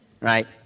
Right